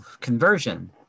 conversion